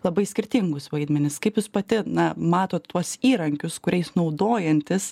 labai skirtingus vaidmenis kaip jūs pati na matot tuos įrankius kuriais naudojantis